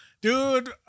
dude